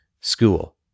school